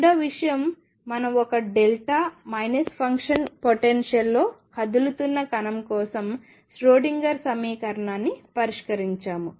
రెండవ విషయం మనం ఒక డెల్టా ఫంక్షన్ పొటెన్షియల్లో కదులుతున్న కణం కోసం ష్రోడింగర్ సమీకరణాన్ని పరిష్కరించాము